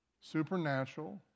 Supernatural